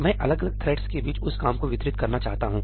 मैं अलग अलग थ्रेड्सthreads के बीच उस काम को वितरित करना चाहता हूं